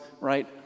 right